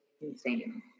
insane